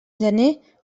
gener